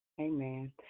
Amen